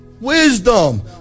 wisdom